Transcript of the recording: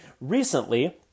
recently